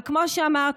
אבל כמו שאמרתי,